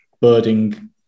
birding